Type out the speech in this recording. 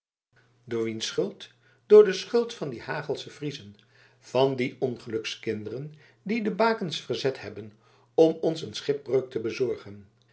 door wiens schuld door de schuld van die hagelsche friezen van die ongelukskinderen die de bakens verzet hebben om ons een schipbreuk te bezorgen